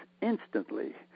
instantly